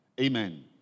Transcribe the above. Amen